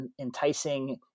enticing